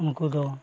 ᱩᱱᱠᱩ ᱫᱚ